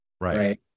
right